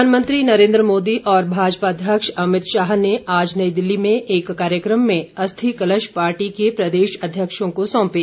प्रधानमंत्री नरेन्द्र मोदी और भाजपा अध्यक्ष अमित शाह ने आज नई दिल्ली में एक कार्यक्रम में अस्थि कलश पार्टी के प्रदेश अध्यक्षों को सौंपे